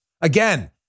again